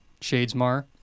Shadesmar